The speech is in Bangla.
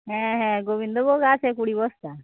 হ্যাঁ হ্যাঁ গোবিন্দভোগ আছে কুড়ি বস্তা